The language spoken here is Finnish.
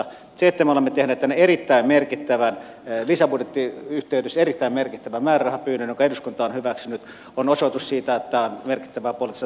se että me olemme tehneet tänne lisäbudjetin yhteydessä erittäin merkittävän määrärahapyynnön jonka eduskunta on hyväksynyt on osoitus siitä että on merkittävää poliittista tahtoa